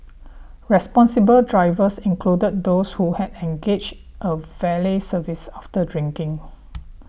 responsible drivers included those who had engaged a valet service after drinking